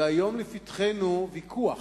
והיום לפתחנו ויכוח.